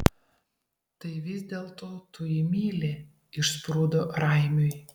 tai vis dėlto tu jį myli išsprūdo raimiui